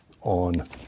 on